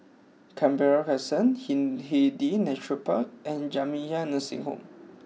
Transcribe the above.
Canberra Crescent Hindhede Nature Park and Jamiyah Nursing Home